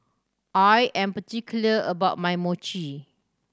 I am particular about my Mochi